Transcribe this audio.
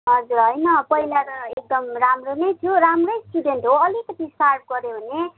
हजुर होइन पहिला त एकदम राम्रो नै थियो राम्रै स्टुडेन्ट हो अलिकति सार्प गऱ्यो भने